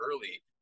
early